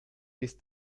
ist